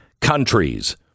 countries